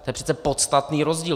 To je přece podstatný rozdíl!